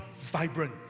vibrant